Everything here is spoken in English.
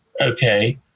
okay